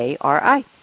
ARI